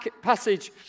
passage